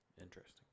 Interesting